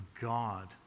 God